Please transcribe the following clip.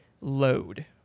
load